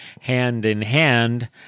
hand-in-hand